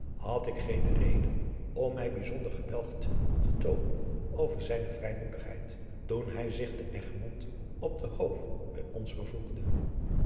had ik geene reden om mij bijzonder gebelgd te toonen over zijne vrijmoedigheid toen hij zich te egmond op den hoef bij ons vervoegde